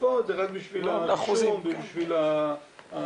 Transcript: פה זה רק בשביל הרישום ובשביל ההשוואה.